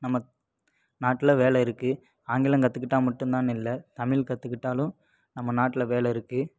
நம்ம நாட்டில் வேலை இருக்குது ஆங்கிலம் கற்றுக்கிட்டா மட்டுந்தான்னு இல்லை தமிழ் கற்றுக்கிட்டாலும் நம்ம நாட்டில் வேலை இருக்குது